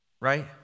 Right